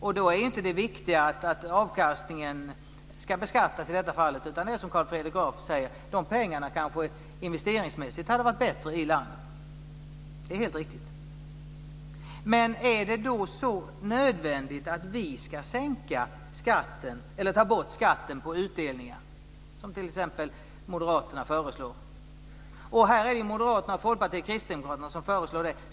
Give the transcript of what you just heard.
Det viktiga i det fallet är då inte att avkastningen ska beskattas, utan de pengarna kanske investeringsmässigt hade varit bättre i Sverige, som Carl Fredrik Graf säger. Det är helt riktigt. Men är det då så nödvändigt att sänka eller ta bort skatten på utdelningar, som t.ex. Moderaterna föreslår? Här är det Moderaterna, Folkpartiet och Kristdemokraterna som föreslår det.